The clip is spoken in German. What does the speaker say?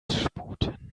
sputen